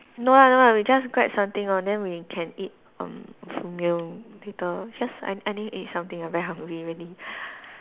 no ah no ah we just grab something lor then we can eat err full meal later just I I need to eat something I very hungry really